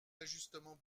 d’ajustement